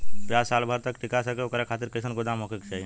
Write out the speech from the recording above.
प्याज साल भर तक टीका सके ओकरे खातीर कइसन गोदाम होके के चाही?